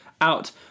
Out